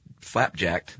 flapjacked